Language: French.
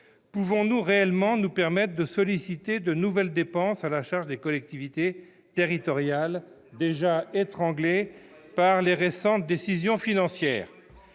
Pouvons-nous réellement nous permettre de solliciter de nouvelles dépenses à la charge des collectivités territoriales, déjà étranglées par les récentes décisions financières ?